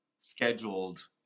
scheduled